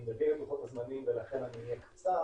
אני מבין את לוחות הזמנים ולכן אהיה קצר.